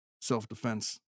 self-defense